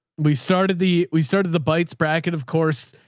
we started the, we started the bites bracket. of course,